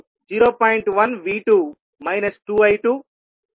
4V22I20